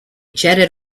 jetted